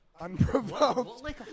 Unprovoked